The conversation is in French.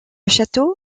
château